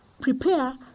prepare